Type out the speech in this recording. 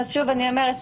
אז שוב אני אומרת,